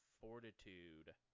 fortitude